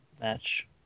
match